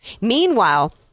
Meanwhile